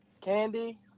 candy